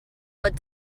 what